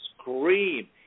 scream